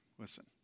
Listen